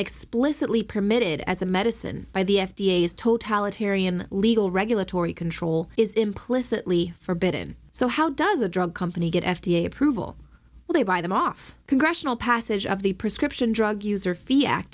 explicitly permitted as a medicine by the f d a is totalitarian legal regulatory control is implicitly forbidden so how does a drug company get f d a approval when they buy them off congressional passage of the prescription drug user fee act